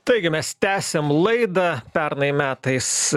taigi mes tęsiam laidą pernai metais